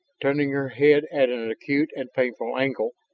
turning her head at an acute and painful angle,